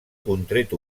contret